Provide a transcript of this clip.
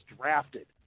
drafted